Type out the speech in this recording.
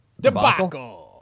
Debacle